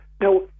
Now